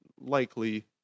likely